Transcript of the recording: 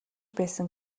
байсан